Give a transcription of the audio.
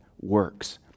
works